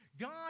God